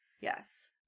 Yes